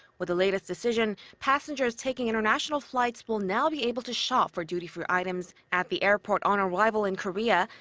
with the latest decision, passengers taking international flights will now be able to shop for duty-free items at the airport on arrival in korea,